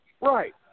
Right